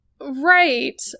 Right